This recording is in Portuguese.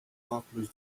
óculos